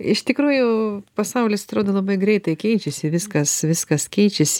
iš tikrųjų pasaulis atrodo labai greitai keičiasi viskas viskas keičiasi